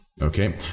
Okay